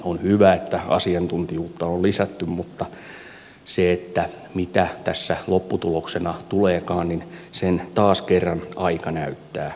on hyvä että asiantuntijuutta on lisätty mutta sen mitä tässä lopputuloksena tuleekaan taas kerran aika näyttää